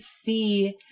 see